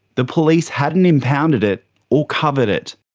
the police hadn't impounded it or covered it.